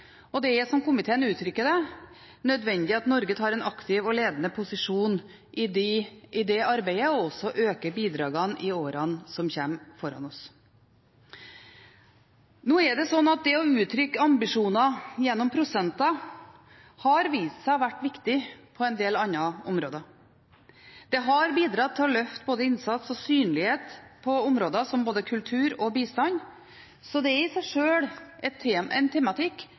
og det er, som komiteen uttrykker det, nødvendig at Norge tar en aktiv og ledende posisjon i det arbeidet og også øker bidragene i årene som ligger foran oss. Det å uttrykke ambisjoner gjennom prosenter har vist seg å være viktig på en del andre områder. Det har bidratt til å løfte både innsats og synlighet på områder som både kultur og bistand, så det er i seg sjøl en tematikk